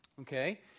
Okay